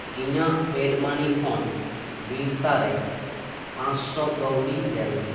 ᱤᱧᱟᱜ ᱯᱮᱰᱢᱟᱱᱤ ᱠᱷᱚᱱ ᱵᱤᱨᱥᱟ ᱨᱮ ᱯᱟᱸᱥᱥᱚ ᱠᱟᱹᱣᱰᱤ ᱫᱮᱱ